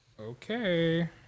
Okay